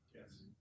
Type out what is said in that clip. Yes